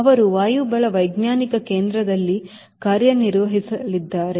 ಅವರು ವಾಯುಬಲವೈಜ್ಞಾನಿಕ ಕೇಂದ್ರದಲ್ಲಿ ಕಾರ್ಯನಿರ್ವಹಿಸಲಿದ್ದಾರೆ